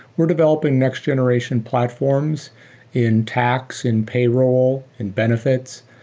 we're developing next generation platforms in tax, in payroll, in benefits,